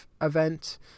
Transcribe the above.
event